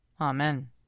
Amen